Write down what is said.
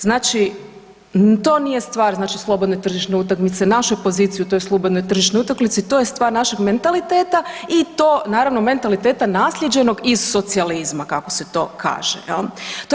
Znači, to nije stvar znači slobodne tržišne utakmice, naše pozicije u toj slobodnoj tržišnoj utakmici, to je stvar našeg mentaliteta i to naravno mentaliteta naslijeđenog iz socijalizma, kako se to kaže, je li?